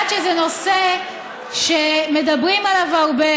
את יודעת שזה נושא שמדברים עליו הרבה,